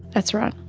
that's right.